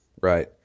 right